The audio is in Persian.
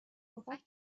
پفک